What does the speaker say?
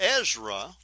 Ezra